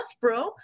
bro